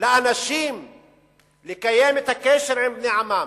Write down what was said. לאנשים לקיים את הקשר עם בני עמם,